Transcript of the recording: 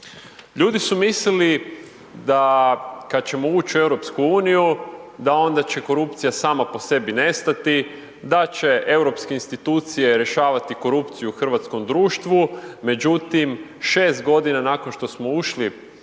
Ljudi su mislili da kada ćemo ući u EU, da onda će korupcija, sama po sebi nestati, da će europske institucije rješavati korupciju u hrvatskom društvu, međutim, 6 g. nakon što smo ušli